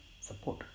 support